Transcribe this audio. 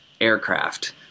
aircraft